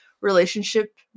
relationship